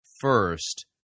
first